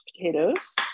potatoes